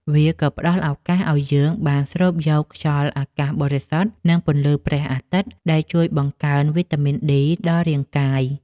វាក៏ផ្ដល់ឱកាសឱ្យយើងបានស្រូបយកខ្យល់អាកាសបរិសុទ្ធ និងពន្លឺព្រះអាទិត្យ ដែលជួយបង្កើនវីតាមីនឌី ដល់រាងកាយ។